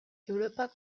europak